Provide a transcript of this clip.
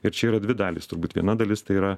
ir čia yra dvi dalys turbūt viena dalis tai yra